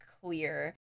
Clear